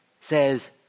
says